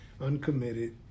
uncommitted